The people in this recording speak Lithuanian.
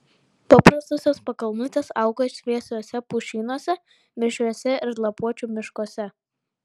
paprastosios pakalnutės auga šviesiuose pušynuose mišriuose ir lapuočių miškuose